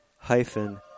hyphen